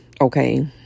okay